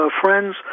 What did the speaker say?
friends